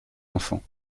enfants